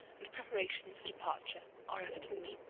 and preparations for departure are evident.